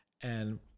And-